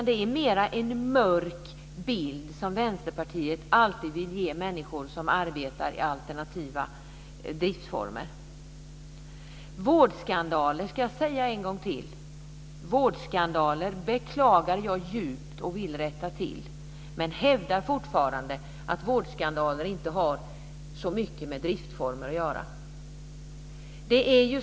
Det är mera en mörk bild som Vänsterpartiet alltid vill ge människor som arbetar i alternativa driftformer. Jag ska säga en gång till att jag djupt beklagar vårdskandaler och att jag vill rätta till dem. Men jag hävdar fortfarande att vårdskandaler inte har så mycket med driftformen att göra.